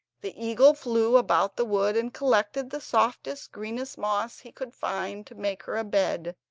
the eagle flew about the wood and collected the softest, greenest moss he could find to make her a bed,